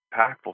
impactful